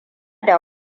da